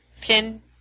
pin